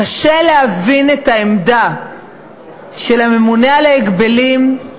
קשה להבין את העמדה של הממונה על ההגבלים,